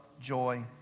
joy